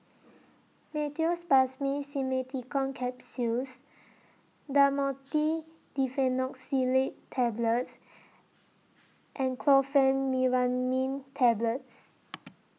Meteospasmyl Simeticone Capsules Dhamotil Diphenoxylate Tablets and Chlorpheniramine Tablets